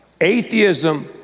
Atheism